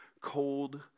cold